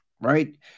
right